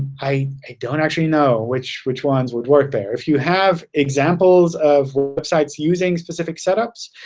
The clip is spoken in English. i don't actually know which which ones would work there. if you have examples of of sites using specific setups,